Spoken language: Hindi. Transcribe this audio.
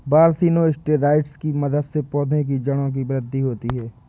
ब्रासिनोस्टेरॉइड्स की मदद से पौधों की जड़ की वृद्धि होती है